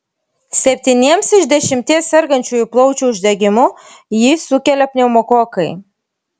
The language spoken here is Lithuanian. septyniems iš dešimties sergančiųjų plaučių uždegimu jį sukelia pneumokokai